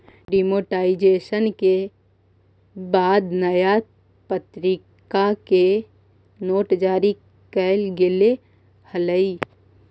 demonetisation के बाद नया प्तरीका के नोट जारी कैल गेले हलइ